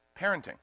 parenting